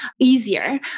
easier